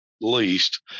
least